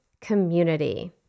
community